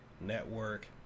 network